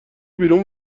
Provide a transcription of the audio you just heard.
بیرون